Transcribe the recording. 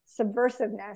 subversiveness